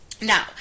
Now